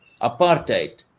apartheid